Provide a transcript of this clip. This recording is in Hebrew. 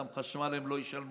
גם חשמל הם לא ישלמו,